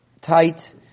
tight